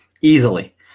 easily